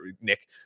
Nick